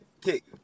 kick